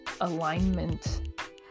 alignment